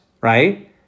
right